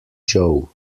joe